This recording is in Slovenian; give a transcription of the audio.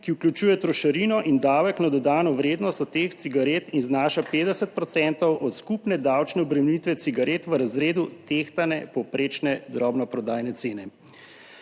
ki vključuje trošarino in davek na dodano vrednost od teh cigaret in znaša 50 procentov od skupne davčne obremenitve cigaret v razredu tehtane povprečne drobnoprodajne cene.«